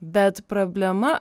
bet problema